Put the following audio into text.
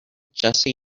jesse